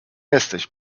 jesteś